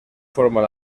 forman